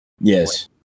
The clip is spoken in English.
yes